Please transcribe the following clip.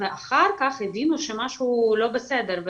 ואחר כך הבינו שמשהו לא בסדר,